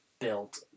built